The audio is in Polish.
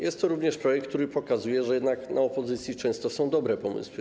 Jest to również projekt, który pokazuje, że jednak po stronie opozycji często są dobre pomysły.